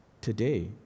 today